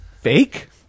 fake